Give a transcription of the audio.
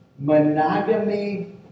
Monogamy